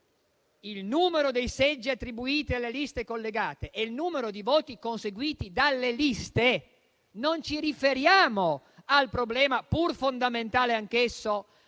il numero dei seggi attribuiti alle liste collegate e il numero di voti conseguiti dalle liste, non ci riferiamo al problema, pur fondamentale anch'esso, di